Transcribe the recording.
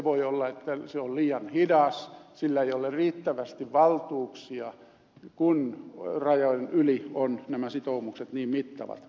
voi olla että se on liian hidas sillä ei ole riittävästi valtuuksia kun rajojen yli ovat nämä sitoumukset niin mittavat